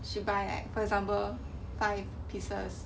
she buy like for example five pieces